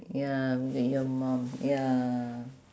ya your mum ya